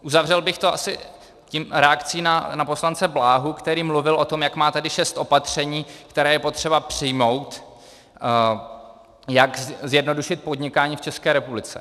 Uzavřel bych to asi reakcí na poslance Bláhu, který mluvil o tom, jak má tady šest opatření, která je potřeba přijmout, jak zjednodušit podnikání v České republice.